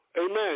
Amen